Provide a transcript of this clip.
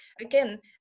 again